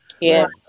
Yes